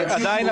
עדיין